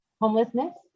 homelessness